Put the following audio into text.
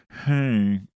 Hey